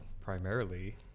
primarily